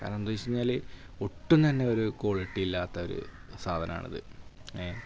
കാരണമെന്തായെന്നു വെച്ചു കഴിഞ്ഞാൽ ഒട്ടും തന്നെ ഒരു കോളിറ്റിയില്ലാത്തൊരു സാധനമാണത് ഏ